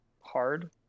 Hard